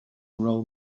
role